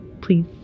Please